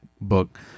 book